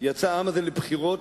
יצא העם הזה לבחירות,